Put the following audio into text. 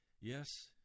Yes